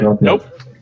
Nope